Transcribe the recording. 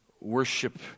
worship